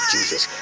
Jesus